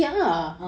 ah